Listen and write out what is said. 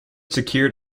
secured